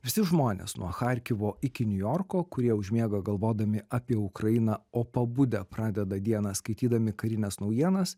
visi žmonės nuo charkivo iki niujorko kurie užmiega galvodami apie ukrainą o pabudę pradeda dieną skaitydami karines naujienas